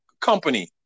company